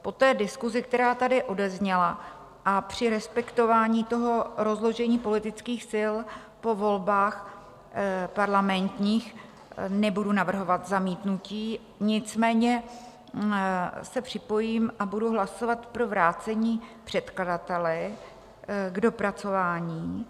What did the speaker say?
Po diskusi, která tady odezněla, a při respektování rozložení politických sil po volbách parlamentních nebudu navrhovat zamítnutí, nicméně se připojím a budu hlasovat pro vrácení předkladateli k dopracování.